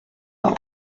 hole